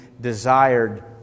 desired